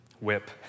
whip